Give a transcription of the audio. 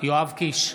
יואב קיש,